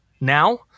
now